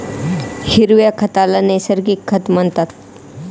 हिरव्या खताला नैसर्गिक खत म्हणतात